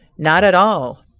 not at all.